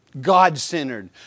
God-centered